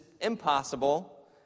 impossible